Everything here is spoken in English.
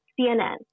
CNN